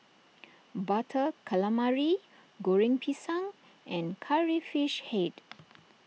Butter Calamari Goreng Pisang and Curry Fish Head